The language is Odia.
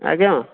ଆଜ୍ଞା